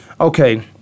okay